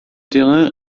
terrain